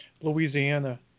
Louisiana